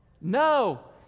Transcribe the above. No